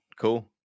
Cool